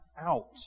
out